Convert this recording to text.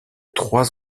trois